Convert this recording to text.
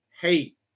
hate